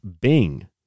Bing